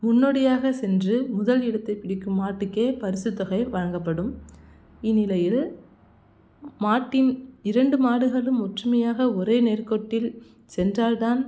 முன்னோடியாக சென்று முதல் இடத்தைப் பிடிக்கும் மாட்டுக்கே பரிசு தொகை வழங்கப்படும் இந்நிலையில் மாட்டின் இரண்டு மாடுகளும் ஒற்றுமையாக ஒரே நேர்கோட்டில் சென்றால் தான்